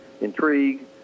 intrigue